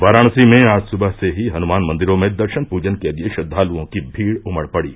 वाराणसी में आज सुबह से ही हनुमान मंदिरों में दर्शन पूजन के लिये श्रद्दालुओं की भीड़ उमड़ पड़ी